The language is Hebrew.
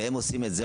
והם עושים את זה,